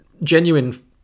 Genuine